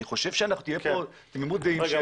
אני חושב שתהיה כאן תמימות דעים.